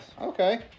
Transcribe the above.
Okay